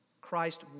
Christ